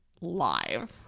live